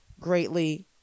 greatly